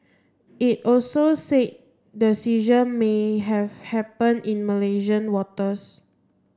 it also said the seizure may have happened in Malaysian waters